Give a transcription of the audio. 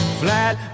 flat